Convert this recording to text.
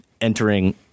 entering –